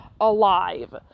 alive